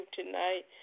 tonight